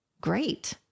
great